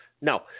No